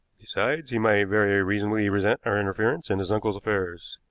besides, he might very reasonably resent our interference in his uncle's affairs.